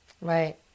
Right